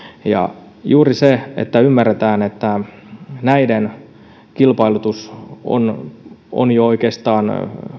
ja juuri siitä lähtevänä ajatuksena että ymmärretään että näiden kilpailutus on on jo oikeastaan